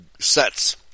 sets